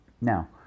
Now